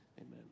amen